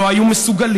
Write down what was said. לא היו מסוגלים,